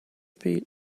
feet